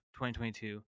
2022